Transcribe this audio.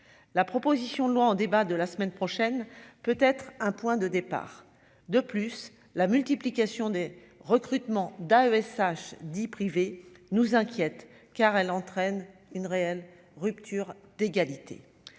la proposition de loi en débat de la semaine prochaine, peut être un point de départ de plus, la multiplication des recrutements d'AESH 10 privé nous inquiète car elle entraîne une réelle rupture d'égalité